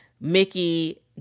Mickey